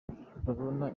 urabona